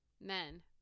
Men